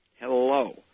Hello